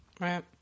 right